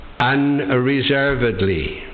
unreservedly